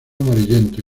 amarillento